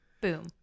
boom